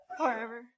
forever